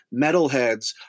metalheads